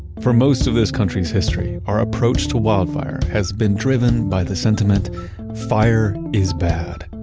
for most of this country's history, our approach to wildfire has been driven by the sentiment fire is bad.